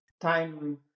time